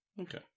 Okay